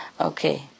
Okay